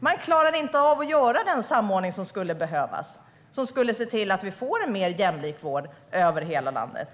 Man klarar inte av att göra den samordning som skulle behövas, som skulle se till att vi får en mer jämlik vård över hela landet.